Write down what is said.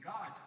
God